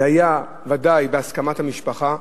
זה היה ודאי בהסכמת המשפחה.